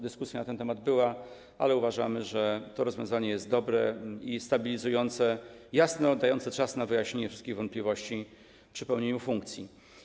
Dyskusja na ten temat była, ale uważamy, że to rozwiązanie jest dobre i stabilizujące, daje czas na wyjaśnienie wszystkich wątpliwości powstających przy pełnieniu funkcji.